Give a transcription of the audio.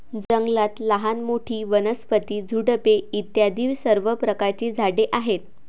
जंगलात लहान मोठी, वनस्पती, झुडपे इत्यादी सर्व प्रकारची झाडे आहेत